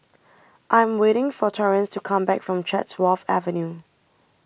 I am waiting for Torrance to come back from Chatsworth Avenue